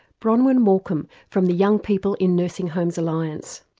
bronwyn morkham from the young people in nursing homes alliance.